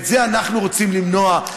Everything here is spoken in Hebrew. את זה אנחנו רוצים למנוע.